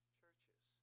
churches